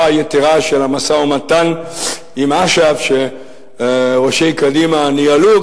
היתירה של המשא-ומתן עם אש"ף שראשי קדימה ניהלו,